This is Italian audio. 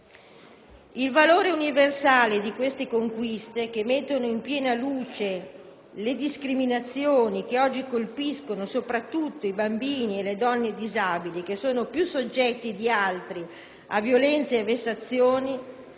Il valore universale di queste conquiste, che mettono in piena luce le discriminazioni che oggi colpiscono soprattutto i bambini e le donne disabili, più soggetti di altri a violenze e vessazioni,